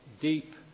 deep